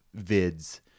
vids